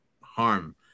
harm